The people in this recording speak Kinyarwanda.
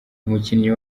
umukinnyi